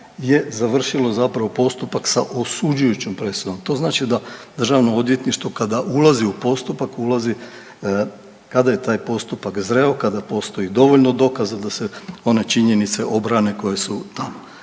je završilo zapravo postupak sa osuđujućom presudom. To znači da državno odvjetništvo kada ulazi u postupak ulazi kada je taj postupak zreo, kada postoji dovoljno dokaza da se one činjenice obrane koje su tamo.